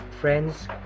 friends